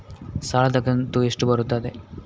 ಸಾಲದ ಕಂತು ಎಷ್ಟು ಬರುತ್ತದೆ?